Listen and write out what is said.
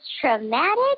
traumatic